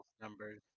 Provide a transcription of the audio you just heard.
numbers